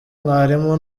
mwarimu